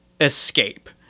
escape